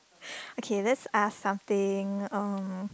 okay let's ask something um